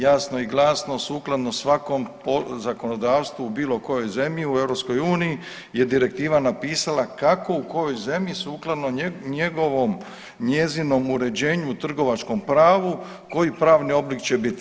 Jasno i glasno sukladno svakom zakonodavstvu u bilo kojoj zemlji u EU je direktiva napisala kako u kojoj zemlji sukladno njegovom, njezinom uređenju o trgovačkom pravu koji pravni oblik će biti.